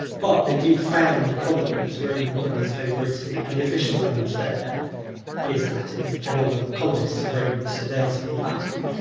but they do found roman colonies over italy, and the official language there is latin and all the colonists are romans so they'll speak latin.